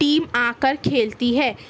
team آ کر کھیلتی ہے